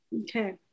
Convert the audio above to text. Okay